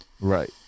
Right